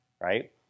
right